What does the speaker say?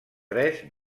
tres